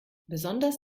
besonders